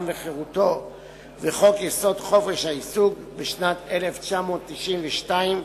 וחירותו וחוק-יסוד: חופש העיסוק בשנת 1992,